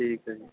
ਠੀਕ ਹੈ ਜੀ